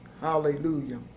Hallelujah